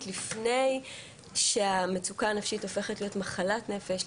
לפני שהמצוקה הנפשית הופכת להיות מחלת נפש,